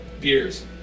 beers